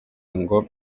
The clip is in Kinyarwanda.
ngo